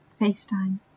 FaceTime